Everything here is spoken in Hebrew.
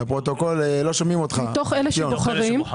אלה שלא בוחרים,